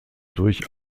durch